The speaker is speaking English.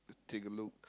to take a look